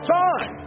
time